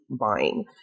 buying